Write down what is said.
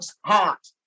heart